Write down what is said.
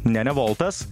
ne ne voltas